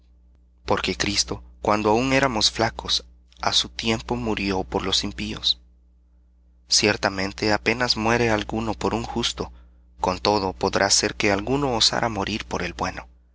porque cristo cuando aun éramos flacos á su tiempo murió por los impíos ciertamente apenas muere alguno por un justo con todo podrá ser que alguno osara morir por el bueno